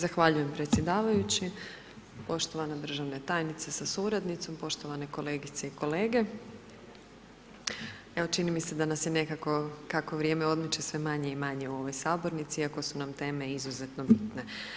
Zahvaljujem predsjedavajući, poštovana državna tajnice sa suradnicom, poštovane kolegice i kolege, evo čini mi se da nas je nekako, kako vrijeme odmiče sve manje i manje u ovoj sabornici iako su nam teme izuzetno bitne.